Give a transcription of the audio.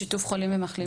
בשיתוף חולים ומחלימים?